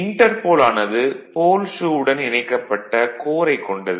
Interpol ஆனது pole shoe உடன் இணைக்கப்பட்ட கோரைக் கொண்டது